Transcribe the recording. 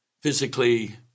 physically